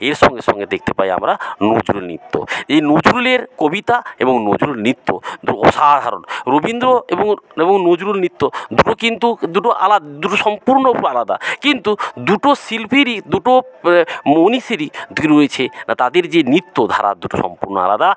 এর সঙ্গে সঙ্গে দেখতে পাই আমরা নজরুল নৃত্য এই নজরুলের কবিতা এবং নজরুল নৃত্য তো অসাধারণ রবীন্দ্র এবং এবং নজরুল নৃত্য দুটো কিন্তু দুটো আলা দুটো সম্পূর্ণ আলাদা কিন্তু দুটো শিল্পীরই দুটো মনীষীরই কী রয়েছে না তাদের যে নৃত্য ধারা দুটো সম্পূর্ণ আলাদা